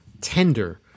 tender